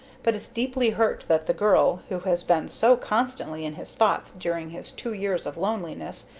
but is deeply hurt that the girl, who has been so constantly in his thoughts during his two years of loneliness,